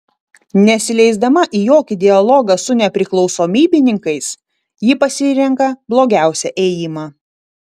nesileisdama į jokį dialogą su nepriklausomybininkais ji pasirenka blogiausią ėjimą